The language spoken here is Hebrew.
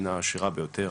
המדינה העשירה ביותר,